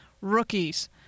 rookies